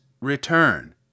Return